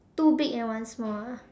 two big and one small ah